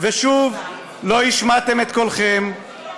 ושוב לא השמעתם את קולכם,